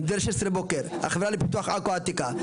"החברה לפיתוח עכו העתיקה",